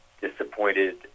disappointed